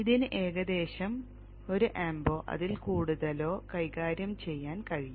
ഇതിന് ഏകദേശം 1 ആമ്പോ അതിൽ കൂടുതലോ കൈകാര്യം ചെയ്യാൻ കഴിയും